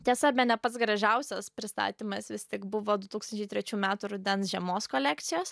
tiesa bene pats gražiausias pristatymas vis tik buvo du tūkstančiai trečių metų rudens žiemos kolekcijos